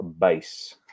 base